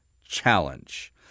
Challenge